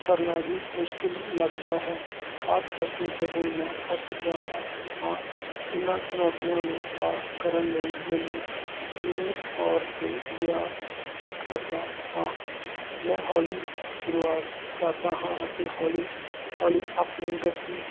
ਕਰਨਾ ਵੀ ਮੁਸ਼ਕਿਲ ਲੱਗਦਾ ਹੈ ਖ਼ਾਸ ਕਰਕੇ ਜਦੋਂ ਮੈਂ ਥੱਕ ਜਾਂਦਾ ਹਾਂ ਇਹਨਾਂ ਚੁਣੌਤੀਆਂ ਨੂੰ ਪਾਰ ਕਰਨ ਲਈ ਮੈਨੂੰ ਨਿਯਮਤ ਤੌਰ 'ਤੇ ਅਭਿਆਸ ਕਰਦਾ ਹਾਂ ਮੈਂ ਹੌਲੀ ਸ਼ੁਰੂਆਤ ਕਰਦਾ ਹਾਂ ਅਤੇ ਹੌਲੀ ਹੌਲੀ ਆਪਣੀ ਗਤੀ